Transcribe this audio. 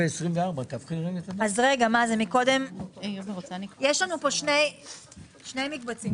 יש לנו כאן שני מקבצים.